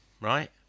Right